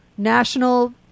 National